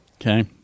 Okay